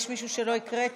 יש מישהו שלא הקראתי?